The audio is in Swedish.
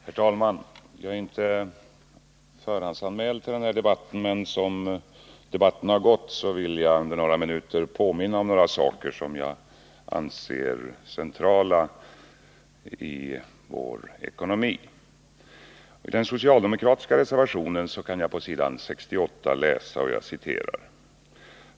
Herr talman! Jag är inte förhandsanmäld till denna debatt, men med tanke på hur den har utvecklats vill jag under några minuter påminna om några saker som jag anser centrala i vår ekonomi.